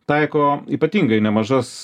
taiko ypatingai nemažas